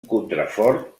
contrafort